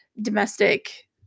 Domestic